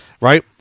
Right